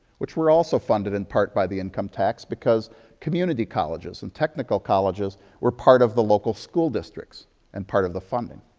which were also funded, in part, by the income tax because community colleges and technical colleges were part of the local school districts and part of the funding.